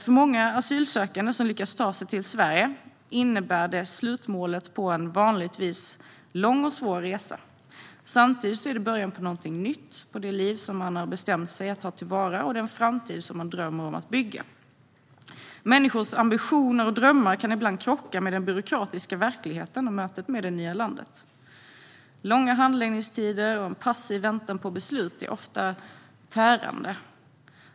För många asylsökande som lyckas ta sig till Sverige innebär det slutmålet på en vanligtvis lång och svår resa. Samtidigt är det början på något nytt i det liv man bestämt sig att ta till vara och den framtid som man drömmer om att bygga. Människors ambitioner och drömmar kan ibland krocka med den byråkratiska verkligheten och mötet med det nya landet. Långa handläggningstider och en passiv väntan på beslut är ofta tärande.